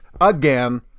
again